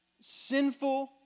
sinful